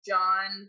John